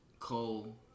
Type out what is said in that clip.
Cole